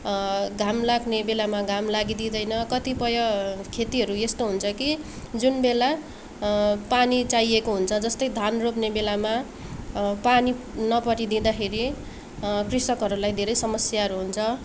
घाम लाग्ने बेलामा घाम लागिदिँदैन कतिपय खेतीहरू यस्तो हुन्छ कि जुन बेला पानी चाहिँएको हुन्छ जस्तै धान रोप्ने बेलामा पानी नपरिदिँदाखेरि कृषकहरूलाई धेरै समस्याहरू हुन्छ